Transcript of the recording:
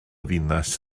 ddinas